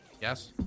Yes